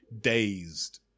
dazed